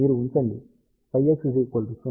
మీరుఉంచండి ψx 0 ψy 0 ను